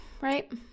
right